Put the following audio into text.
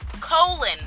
colon